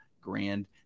Grand